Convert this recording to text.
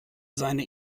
seine